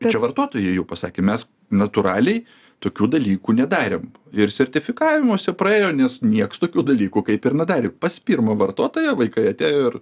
tai čia vartotojai jie jau pasakė mes natūraliai tokių dalykų nedarėm ir sertifikavimuose praėjo nes nieks tokių dalykų kaip ir nedarė pas pirmą vartotoją vaikai atėjo ir